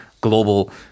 global